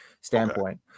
standpoint